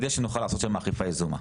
על מנת שנוכל לעשות שם אכיפה יזומה.